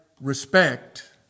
respect